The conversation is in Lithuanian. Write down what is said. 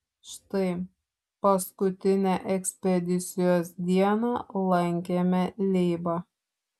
štai paskutinę ekspedicijos dieną lankėme leibą